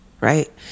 Right